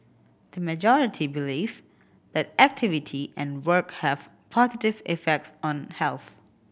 the majority believe that activity and work have positive effects on health